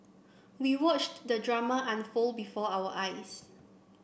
we watched the drama unfold before our eyes